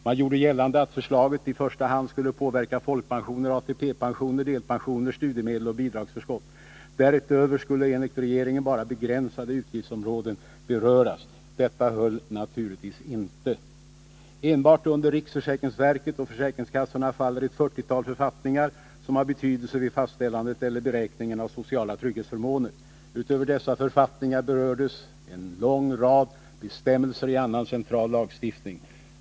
Man gjorde gällande att förslaget i första hand skulle påverka folkpensioner, ATP pensioner, delpensioner, studiemedel och bidragsförskott. Därutöver skulle enligt regeringen bara begränsade utgiftsområden beröras. Detta höll naturligtvis inte. Enbart under riksförsäkringsverket och försäkringskassorna faller ett fyrtiotal författningar som har betydelse vid fastställande eller beräkning av sociala trygghetsförmåner. Utöver dessa författningar berördes en lång rad bestämmelser i annan central lagstiftning.